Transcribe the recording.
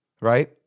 right